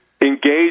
engage